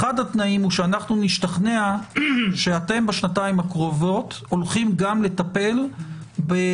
אחד התנאים הוא שאנחנו נשתכנע שאתם בשנתיים הקרובות הולכים גם לטפל בתופעה